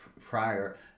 prior